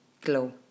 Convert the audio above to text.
glow